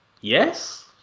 Yes